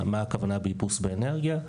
מה הכוונה באיפוס באנרגיה?